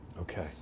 okay